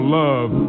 love